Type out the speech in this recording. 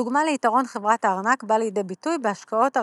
דוגמה ליתרון חברת הארנק בא לידי ביטוי בהשקעות הרווחים,